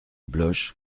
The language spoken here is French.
bloche